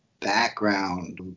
background